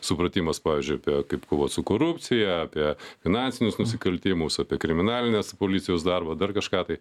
supratimas pavyzdžiui apie kaip kovot su korupcija apie finansinius nusikaltimus apie kriminalinės policijos darbą dar kažką tai